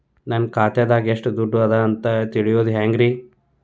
ನನ್ನ ಖಾತೆದಾಗ ಎಷ್ಟ ದುಡ್ಡು ಅದ ಅಂತ ತಿಳಿಯೋದು ಹ್ಯಾಂಗ್ರಿ?